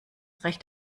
recht